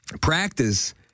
Practice